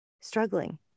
struggling